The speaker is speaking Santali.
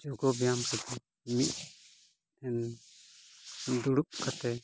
ᱡᱚᱜᱽ ᱵᱮᱭᱟᱢ ᱠᱟᱛᱮᱫ ᱢᱤᱫ ᱫᱩᱲᱩᱵ ᱠᱟᱛᱮᱫ